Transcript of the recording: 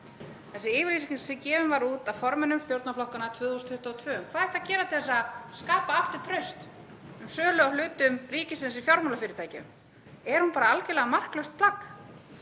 Þessi yfirlýsing sem gefin var út af formönnum stjórnarflokkanna 2022, um hvað ætti að gera til að skapa aftur traust um sölu á hlutum ríkisins í fjármálafyrirtækjum, er hún bara algerlega marklaust plagg?